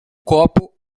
copo